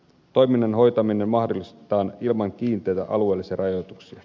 toiminnan hoitaminen mahdollistetaan ilman kiinteitä alueellisia rajoituksia